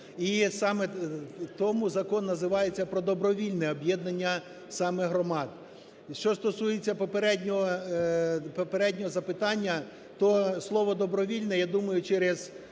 І саме тому закон називається: про добровільне об'єднання саме громад. Що стосується попереднього... попереднього запитання, то слово "добровільне" я думаю, через